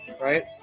right